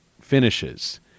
finishes